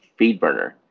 Feedburner